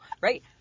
right